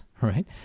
right